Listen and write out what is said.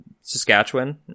Saskatchewan